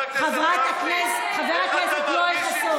חבר הכנסת גפני, חבר הכנסת יואל חסון.